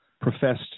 professed